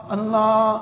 Allah